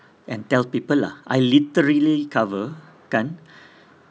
and tell people lah I literally cover kan